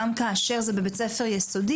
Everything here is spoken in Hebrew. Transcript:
גם כאשר זה בבית ספר יסודי,